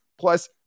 Plus